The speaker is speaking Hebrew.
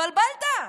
התבלבלת.